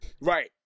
Right